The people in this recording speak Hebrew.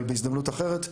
אבל בהזדמנות אחרת,